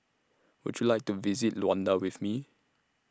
Would YOU like to visit Luanda with Me